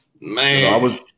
Man